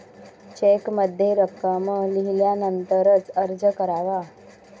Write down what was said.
चेकमध्ये रक्कम लिहिल्यानंतरच अर्ज करावा